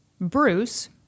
Bruce